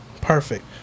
perfect